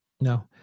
No